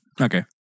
Okay